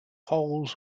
holes